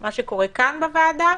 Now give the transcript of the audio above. מה שקורה כאן בוועדה